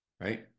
right